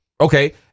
Okay